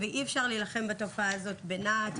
אי אפשר להילחם בתופעה הזו בנע"ת,